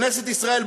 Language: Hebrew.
כנסת ישראל,